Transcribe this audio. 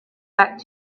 back